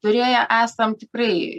turėję esam tikrai